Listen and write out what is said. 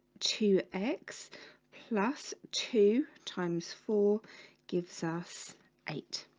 two x plus two times four gives us eight